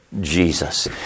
Jesus